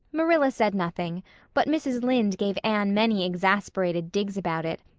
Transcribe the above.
marilla said nothing but mrs. lynde gave anne many exasperated digs about it,